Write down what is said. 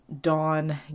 Dawn